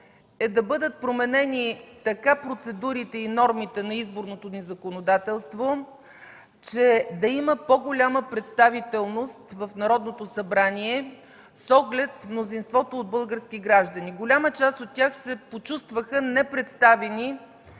е да бъдат променени така процедурите и нормите на изборното ни законодателство, че да има по-голяма представителност в Народното събрание, с оглед мнозинството от български граждани. Голяма част от тях се почувстваха непредставени